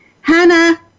Hannah